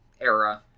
era